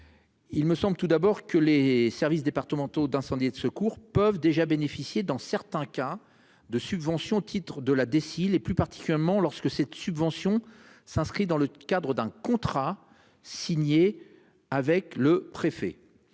Il me semble tout d'abord que les services départementaux d'incendie et de secours peuvent déjà bénéficier dans certains cas de subventions Titre de la décile et plus particulièrement lorsque cette subvention s'inscrit dans le cadre d'un contrat signé avec le préfet.